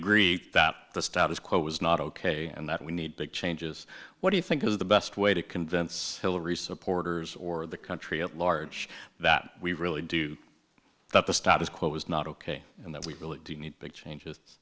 agree that the status quo is not ok and that we need big changes what do you think is the best way to convince hillary supporters or the country at large that we really do that the status quo is not ok and that we really do need big changes